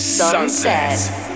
Sunset